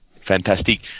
fantastic